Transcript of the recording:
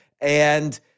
and-